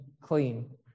clean